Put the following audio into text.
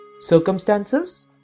circumstances